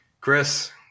Chris